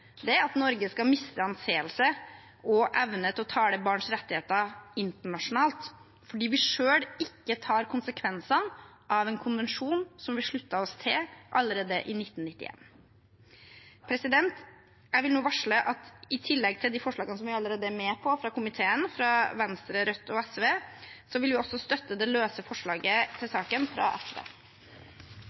at Norge skal miste anseelse og evne til å tale barns rettigheter internasjonalt, fordi vi selv ikke tar konsekvensene av en konvensjon som vi sluttet oss til allerede i 1991. Jeg vil nå varsle at i tillegg til de forslagene som vi allerede er med på fra komiteen, fra Venstre, Rødt og SV, vil vi også støtte det løse forslaget i saken fra SV.